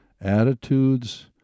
attitudes